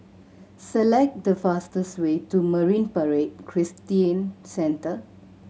select the fastest way to Marine Parade Christian Centre